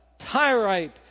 Tyrite